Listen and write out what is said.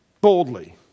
Boldly